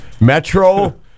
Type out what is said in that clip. Metro